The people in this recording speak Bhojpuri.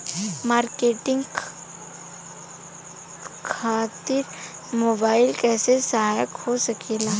मार्केटिंग खातिर मोबाइल कइसे सहायक हो सकेला?